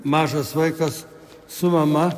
mažas vaikas su mama